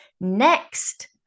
Next